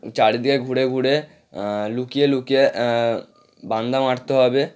চারিদিকে ঘুরে ঘুরে লুকিয়ে লুকিয়ে বান্দা মারতে হবে